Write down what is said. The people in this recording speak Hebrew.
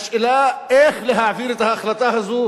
השאלה היא איך להעביר את ההחלטה הזאת